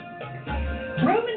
Roman